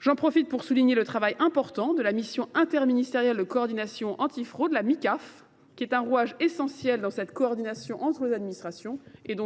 J’en profite pour saluer le travail important de la mission interministérielle de coordination antifraude (Micaf), qui est un rouage essentiel de cette coordination entre les administrations. En ce qui